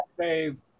Dave